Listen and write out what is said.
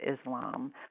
Islam